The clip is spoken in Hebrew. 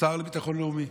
השר לביטחון לאומי,